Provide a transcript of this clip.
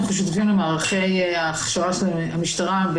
אנחנו שותפים למערכי ההכשרה של המשטרה,